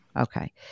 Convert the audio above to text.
Okay